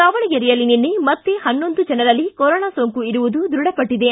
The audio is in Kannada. ದಾವಣಗೆರೆಯಲ್ಲಿ ನಿನ್ನೆ ಮತ್ತೆ ಹನ್ನೊಂದು ಜನರಲ್ಲಿ ಕೊರೊನಾ ಸೋಂಕು ಇರುವುದು ದೃಢಪಟ್ಟದೆ